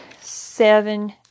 seven